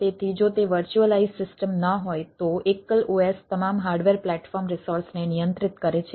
તેથી જો તે વર્ચ્યુઅલાઈઝ સિસ્ટમ ન હોય તો એકલ OS તમામ હાર્ડવેર પ્લેટફોર્મ રિસોર્સને નિયંત્રિત કરે છે